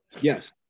Yes